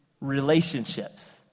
relationships